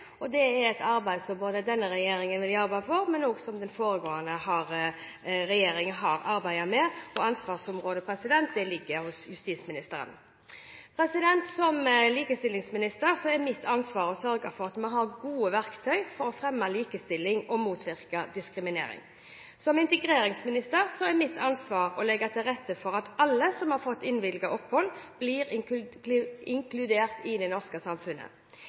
og det er noe både denne regjeringen og den foregående regjeringen har arbeidet med. Ansvarsområdet ligger hos justisministeren. Som likestillingsminister er det mitt ansvar å sørge for at vi har gode verktøy for å fremme likestilling og motvirke diskriminering. Som integreringsminister er mitt ansvar å legge til rette for at alle som har fått innvilget opphold, blir inkludert i det norske samfunnet.